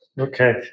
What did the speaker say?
Okay